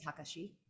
Takashi